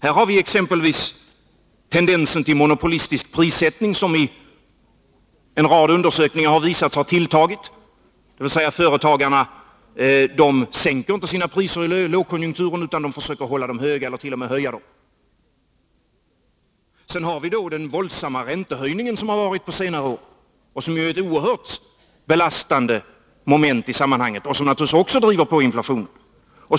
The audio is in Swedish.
Här har vi exempelvis tendensen till monopolistisk prissättning, som i en rad undersökningar har visat sig ha tilltagit — dvs. företagen sänker inte sina priser i lågkonjunktur utan försöker hålla dem höga eller t.o.m. höja dem. Sedan har vi den våldsamma räntehöjningen under senare år, som är ett oerhört belastande moment i sammanhanget och som naturligtvis också driver på inflationen.